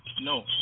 No